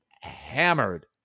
Hammered